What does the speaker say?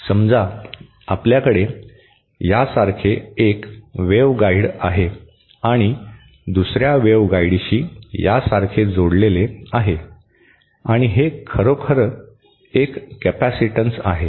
समजा आपल्याकडे यासारखे एक वेव्हगाइड आहे आणि दुसर्या वेव्हगाइडशी यासारखे जोडलेले आहे आणि हे खरोखर एक कॅपेसिटन्स आहे